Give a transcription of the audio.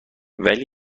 ولی